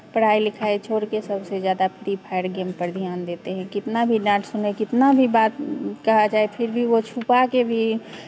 पढ़ाई लिखाई छोड़ कर सबसे ज़्यादा फ्री फायर गेम पर ध्यान देते हैं कितना भी डाँट सुनें कितना भी बात कहा जाए फिर भी वो छुपा के भी